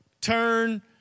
turn